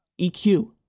EQ